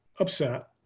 upset